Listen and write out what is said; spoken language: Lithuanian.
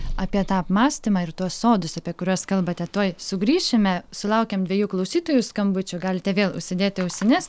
apie tą apmąstymą ir tuos sodus apie kuriuos kalbate tuoj sugrįšime sulaukėm dviejų klausytojų skambučių galite vėl užsidėti ausines